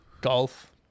Golf